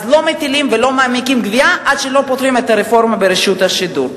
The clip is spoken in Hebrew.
אז לא מטילים ולא מעמיקים גבייה עד שלא פותרים את הרפורמה ברשות השידור.